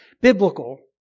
biblical